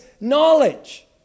knowledge